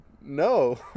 No